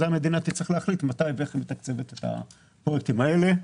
המדינה תצטרך להחליט מתי ואיך היא מתקצבת את הפרויקטים הללו.